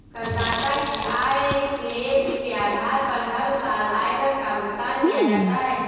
करदाता की आय स्लैब के आधार पर हर साल आयकर का भुगतान किया जाता है